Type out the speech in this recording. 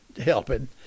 helping